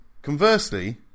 Conversely